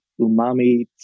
umami